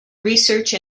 research